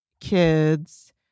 kids